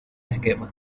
esquema